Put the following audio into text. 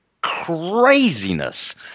craziness